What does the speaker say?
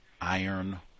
Iron